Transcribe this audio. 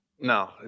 No